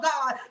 God